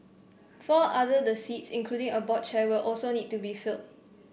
four other the seats including a board chair will also need to be filled